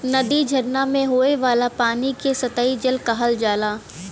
नदी, झरना में होये वाला पानी के सतही जल कहल जाला